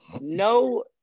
no